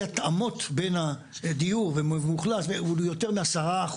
ההתאמות בין הדיור ומאוכלס הוא יותר מ-10%,